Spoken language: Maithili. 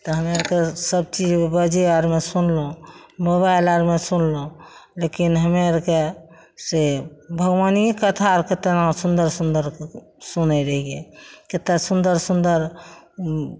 तऽ हमे आओरके सबचीज बाजे अरमे सुनलहुँ मोबाइल अरमे सुनलहुँ लेकिन हमे अरके से भगवानी कथा अर केतना सुन्दर सुन्दर सुनय रहियै केतना सुन्दर सुन्दर